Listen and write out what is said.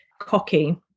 cocky